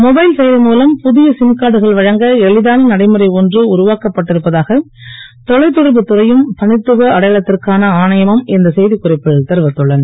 mobile செயலி மூலம் பு ய சிம்கார்டுகள் வழங்க எளிதான நடைமுறை ஒன்று உருவாக்கப்பட்டிருப்பதாக தொலைதொடர்பு துறையும் த த்துவ அடையாளத் ற்கான ஆணையமும் இந்த செ க் குறிப்பில் தெரிவித்துள்ளன